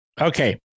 Okay